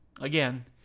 again